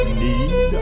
need